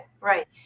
right